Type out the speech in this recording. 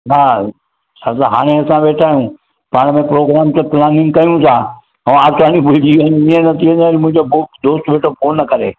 न छा त हाणे असां वेठा आहियूं पाण में प्रोग्राम जी प्लैनिंग कयूं था ऐं आर्तवारु ॾींहुं भुलिजी वञे त ईअं न मुंहिंजो दोस्त वेठो फ़ोन करे